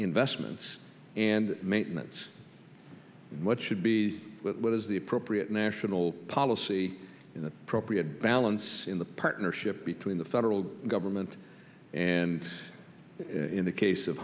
investments and maintenance what should be what is the appropriate national policy in the appropriate balance in the partnership between the federal government and in the case of